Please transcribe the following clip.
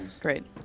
great